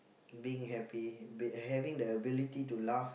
being happy h~ having the ability to laugh